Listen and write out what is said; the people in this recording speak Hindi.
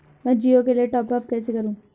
मैं जिओ के लिए टॉप अप कैसे करूँ?